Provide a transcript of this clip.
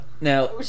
now